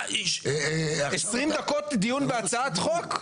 20 דקות דיון בהצעת חוק?